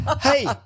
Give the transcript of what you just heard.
hey